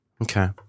Okay